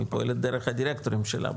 היא פועלת דרך הדירקטורים שלה.